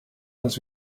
dass